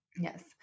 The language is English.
Yes